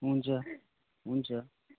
हुन्छ हुन्छ